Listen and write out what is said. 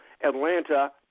Atlanta